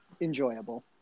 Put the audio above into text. enjoyable